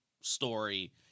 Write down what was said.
story